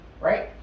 Right